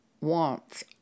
wants